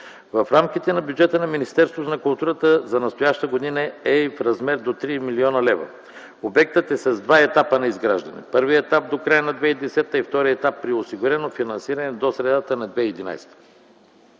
В рамките на бюджета на Министерството на културата за настоящата година има до 3 млн. лв. Обектът е с два етапа на изграждане. Първият етап е до края на 2010 г., а вторият етап, при осигурено финансиране – до средата на 2011 г.